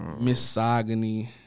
misogyny